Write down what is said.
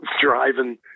driving